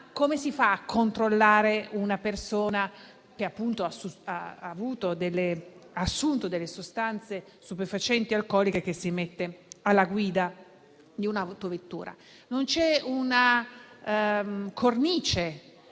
Come si fa a controllare una persona che ha assunto delle sostanze stupefacenti o alcoliche che si mette alla guida di un'autovettura? Non c'è una cornice